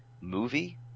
Movie